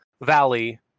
Valley